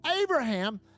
Abraham